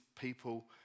people